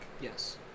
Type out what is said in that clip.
Yes